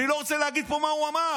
אני לא רוצה להגיד פה מה הוא אמר.